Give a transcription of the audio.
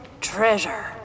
treasure